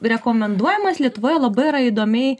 rekomenduojamas lietuvoje labai yra įdomiai